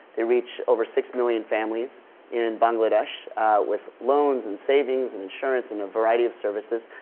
they reach over six million families in bangladesh with loans and savings and insurance and a variety of services.